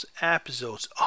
episodes